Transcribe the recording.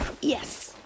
yes